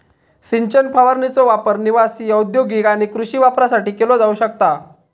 सिंचन फवारणीचो वापर निवासी, औद्योगिक आणि कृषी वापरासाठी केलो जाऊ शकता